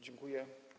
Dziękuję.